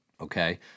Okay